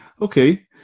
Okay